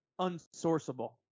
unsourceable